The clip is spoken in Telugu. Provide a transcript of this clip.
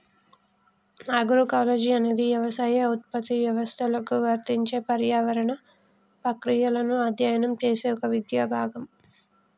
అగ్రోకాలజీ అనేది యవసాయ ఉత్పత్తి వ్యవస్థలకు వర్తించే పర్యావరణ ప్రక్రియలను అధ్యయనం చేసే ఒక విద్యా భాగం